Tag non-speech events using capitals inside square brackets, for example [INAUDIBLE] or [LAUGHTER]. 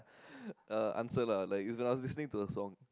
[BREATH] uh answer lah like it was when I was listening to a song